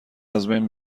ازبین